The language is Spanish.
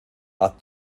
haz